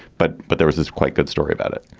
but but there was this quite good story about it.